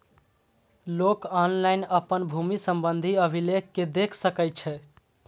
लोक ऑनलाइन अपन भूमि संबंधी अभिलेख कें देख सकै छै